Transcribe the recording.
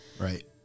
Right